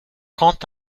quant